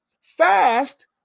Fast